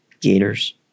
gators